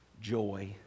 joy